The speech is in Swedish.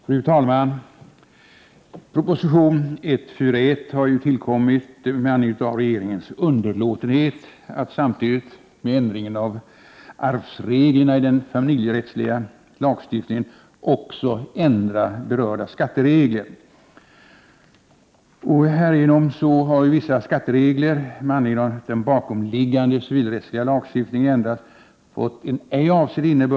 Fru talman! Proposition 141 har ju tillkommit med anledning av regeringens underlåtenhet att samtidigt med ändringen av arvsreglerna i den familjerättsliga lagstiftningen också ändra berörda skatteregler. Härigenom har vissa skatteregler med anledning av den bakomliggande civilrättsliga lagstiftningen ändrats så, att de fått en ej avsedd innebörd.